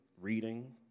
reading